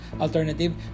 alternative